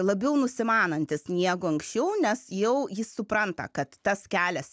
labiau nusimanantis negu anksčiau nes jau jis supranta kad tas kelias